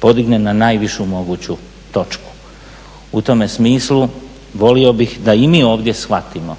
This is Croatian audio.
podigne na najvišu moguću točku. U tome smislu volio bih da i mi ovdje shvatimo